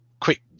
quick